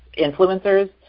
influencers